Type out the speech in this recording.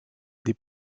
des